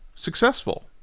successful